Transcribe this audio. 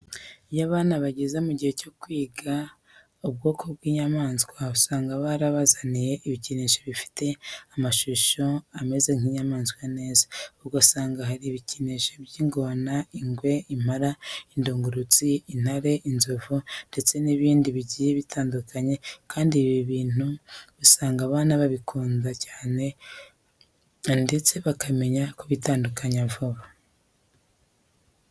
Iyo abana bageze mu gihe cyo kwiga ubwoko bw'inyamaswa usanga barabazaniye ibikinisho bifite amashusho ameze nk'ay'inyamaswa neza. Ugasanga hari ibikinisho by'ingona, ingwe, impara, indungurutsi, intare, inzovu ndetse n'ibindi bigiye bitandukanye kandi ibi bintu usanga abana babikunda cyane ndetse bakamenya kubitandukanya vuba.